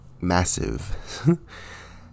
massive